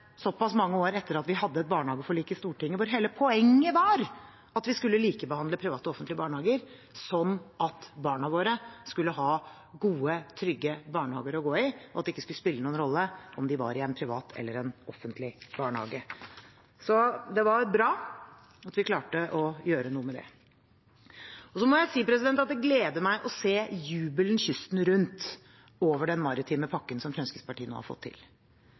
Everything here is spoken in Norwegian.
mange år etter at vi hadde et barnehageforlik i Stortinget hvor hele poenget var at vi skulle likebehandle offentlige og private barnehager, slik at barna våre skulle ha gode, trygge barnehager å gå i, og at det ikke skulle spille noen rolle om det var en privat eller en offentlig barnehage. Det var bra at vi klarte å gjøre noe med det. Og jeg må si at det gleder meg å se jubelen kysten rundt over den maritime pakken som Fremskrittspartiet nå har fått til.